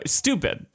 stupid